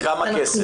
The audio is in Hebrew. כמה כסף?